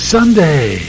Sunday